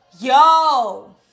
yo